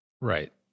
right